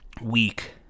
week